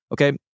Okay